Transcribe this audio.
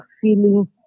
feeling